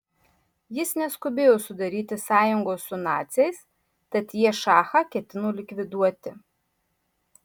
jis neskubėjo sudaryti sąjungos su naciais tad jie šachą ketino likviduoti